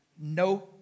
No